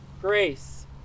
grace